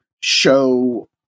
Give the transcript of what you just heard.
show